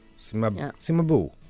Simabu